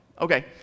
Okay